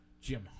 Jim